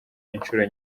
inshuro